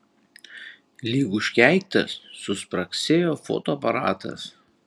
lyg užkeiktas suspragsėjo fotoaparatas